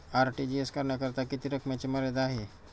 RTGS करण्यासाठी किती रकमेची मर्यादा आहे?